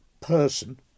Person